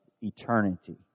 eternity